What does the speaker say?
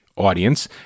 audience